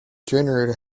generator